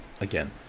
again